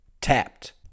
tapped